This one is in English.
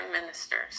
ministers